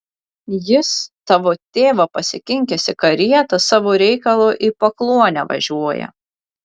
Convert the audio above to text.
jis tavo tėvą pasikinkęs į karietą savo reikalu į pakluonę važiuoja